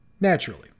Naturally